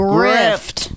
Grift